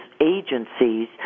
agencies